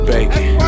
Bacon